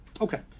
Okay